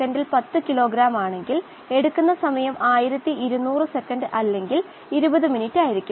നമ്മൾ ഒരു മുഴുവൻ ബ്രോത്ത് എടുത്താൽ കുമിളകൾ ഉൾപ്പെടെ എല്ലാം അടങ്ങിയിരിക്കുന്നു